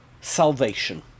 Salvation